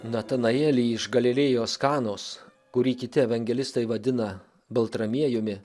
natanaelį iš galilėjos kanos kurį kiti evangelistai vadina baltramiejumi